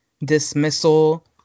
dismissal